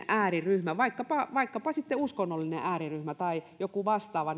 ääriryhmä vaikkapa vaikkapa sitten uskonnollinen ääriryhmä tai joku vastaava